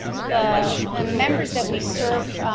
the the members that we serve,